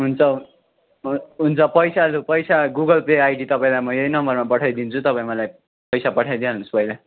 हुन्छ हुन्छ पैसा लु पैसा गुगल पे आइडी तपाईँलाई म यही नम्बरमा पठाइदिन्छु तपाईँ मलाई पैसा पठाइदिहाल्नु होस् पहिला